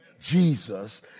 Jesus